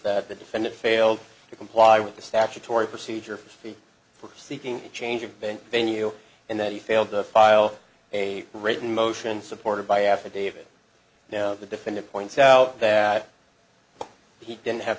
that the defendant failed to comply with the statutory procedure fee for seeking a change of venue venue in that he failed to file a written motion supported by affidavit the defendant points out that he didn't have